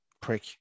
Prick